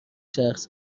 شخص